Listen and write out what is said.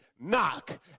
knock